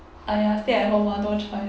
!aiya! stay at home lah no choice